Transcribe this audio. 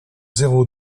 zéro